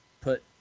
put